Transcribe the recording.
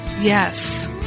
Yes